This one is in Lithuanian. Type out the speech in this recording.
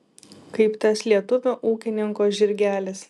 kaip tas lietuvio ūkininko žirgelis